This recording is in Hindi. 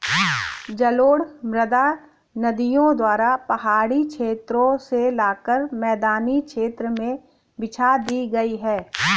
जलोढ़ मृदा नदियों द्वारा पहाड़ी क्षेत्रो से लाकर मैदानी क्षेत्र में बिछा दी गयी है